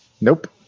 Nope